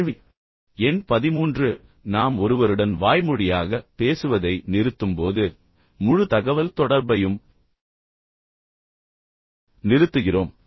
கேள்வி எண் 13 நாம் ஒருவருடன் வாய்மொழியாக பேசுவதை நிறுத்தும்போது முழு தகவல்தொடர்பையும் நிறுத்துகிறோம்